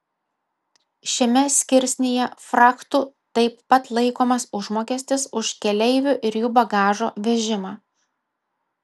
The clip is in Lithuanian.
šiame skirsnyje frachtu taip pat laikomas užmokestis už keleivių ir jų bagažo vežimą